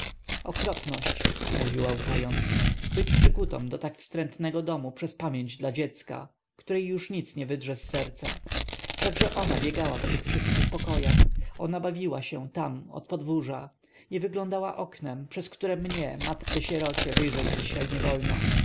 okropność mówiła łkając być przykutą do tak wstrętnego domu przez pamięć dla dziecka której nic już nie wydrze z serca wszakże ona biegała po tych wszystkich pokojach ona bawiła się tam od podwórza i wyglądała oknem przez które mnie matce-sierocie wyjrzeć dzisiaj niewolno